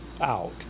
out